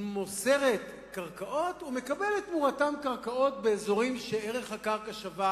מוסרת קרקעות ומקבלת תמורתן קרקעות באזורים שבהם ערך הקרקע שווה